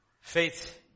Faith